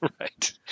Right